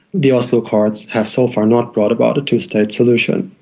the oslo accords have so far not brought about a two-state solution.